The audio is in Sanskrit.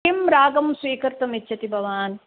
किं रागं स्वीकर्तुमिच्छति भवान्